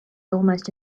almost